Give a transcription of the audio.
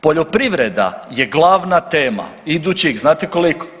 Poljoprivreda je glavna tema idućih, znate koliko?